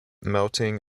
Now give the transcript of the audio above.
melting